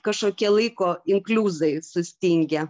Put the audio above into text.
kažkokie laiko inkliuzai sustingę